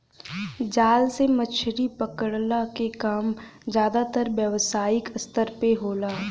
जाल से मछरी पकड़ला के काम जादातर व्यावसायिक स्तर पे होला